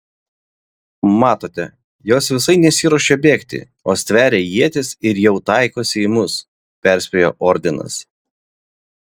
matote jos visai nesiruošia bėgti o stveria ietis ir jau taikosi į mus perspėjo ordinas